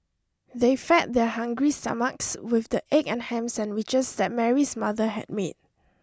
they fed their hungry stomachs with the egg and ham sandwiches that Mary's mother had made